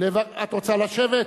רוצה לשבת?